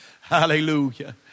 Hallelujah